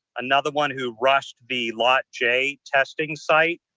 another one who rushed be lot j testing site.